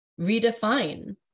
redefine